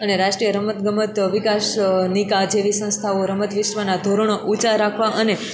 અને રાષ્ટ્રિય રમતગમત વિકાસનીકા જેવી સંસ્થાઓ રમત વિશ્વના ધોરણો ઊંચા રાખવા અને